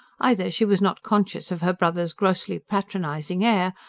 either she was not conscious of her brother's grossly patronising air,